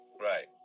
Right